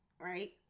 Right